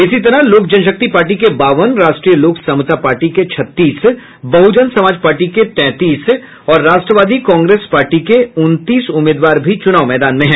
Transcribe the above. इसी तरह लोक जनशक्ति पार्टी के बावन राष्ट्रीय लोक समता पार्टी के छत्तीस बहुजन समाज पार्टी के तैंतीस और राष्ट्रवादी कांग्रेस पार्टी के उनतीस उम्मीदवार भी चुनावी मैदान में हैं